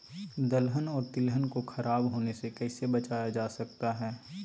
दलहन और तिलहन को खराब होने से कैसे बचाया जा सकता है?